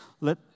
Let